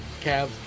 Cavs